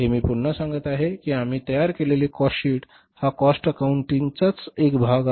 हे मी पुन्हा सांगत आहे की आम्ही तयार केलेले कॉस्ट शीट हा कॉस्ट अकाउंटिंगचा एक भाग आहे